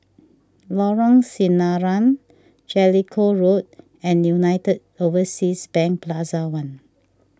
Lorong Sinaran Jellicoe Road and United Overseas Bank Plaza one